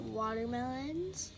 watermelons